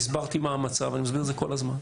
והסברתי מה המצב, אני מסביר את זה כל הזמן.